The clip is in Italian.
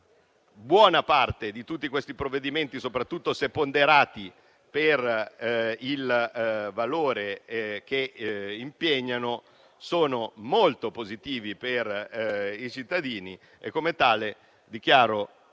buona parte di tutti questi provvedimenti, soprattutto se ponderati per il valore che impegnano, sono molto positivi per i cittadini e preannuncio